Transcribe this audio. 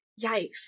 Yikes